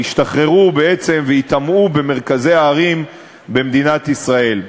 ישתחררו בעצם וייטמעו במרכזי הערים במדינת ישראל.